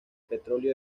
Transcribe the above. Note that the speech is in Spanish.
petróleo